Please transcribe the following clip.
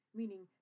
meaning